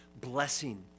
blessing